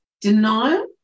Denial